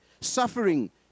suffering